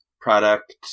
product